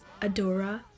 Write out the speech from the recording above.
Adora